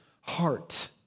heart